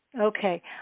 Okay